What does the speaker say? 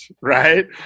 right